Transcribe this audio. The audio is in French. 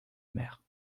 mère